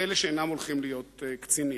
ואלה שאינם הולכים להיות קצינים.